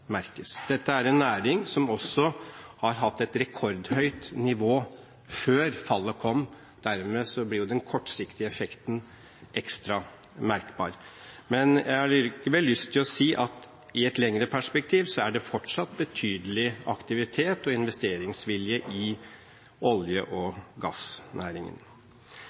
merkes. Dette er en næring som også har hatt et rekordhøyt nivå før fallet kom. Dermed blir den kortsiktige effekten ekstra merkbar. Men jeg har likevel lyst til å si at i et lengre perspektiv er det fortsatt betydelig aktivitet og investeringsvilje i olje- og gassnæringen.